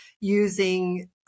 using